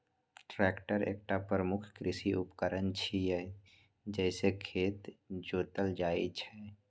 tractor एकटा प्रमुख कृषि उपकरण छियै, जइसे खेत जोतल जाइ छै